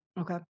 Okay